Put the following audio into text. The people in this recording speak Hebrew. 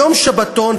יום שבתון,